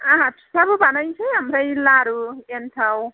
आंहा फिथाबो बानायनसै आमफ्राय लारु एनथाव